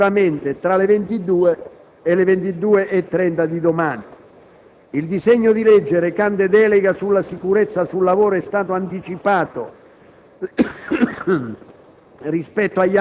Le votazioni avranno luogo indicativamente tra le ore 22 e le ore 22,30 di domani. Il disegno di legge recante delega sulla sicurezza sul lavoro è stato anticipato